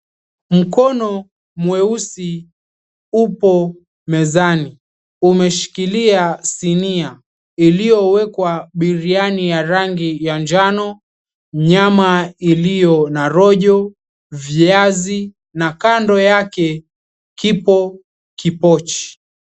Mkono mweusi upo mezani, umeshikilia sinia iliyowekwa biriani ya rangi ya njano, nyama iliyo na rojo, viazi na kando yake kipo kipochi.